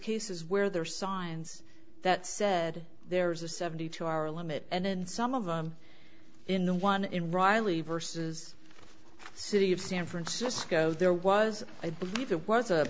cases where there are signs that said there is a seventy two hour limit and in some of them in the one in riley verses city of san francisco there was i believe it was a